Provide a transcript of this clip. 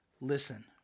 listen